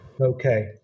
Okay